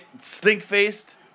stink-faced